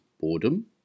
boredom